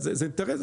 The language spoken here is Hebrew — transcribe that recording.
זה אינטרס.